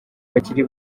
bakiri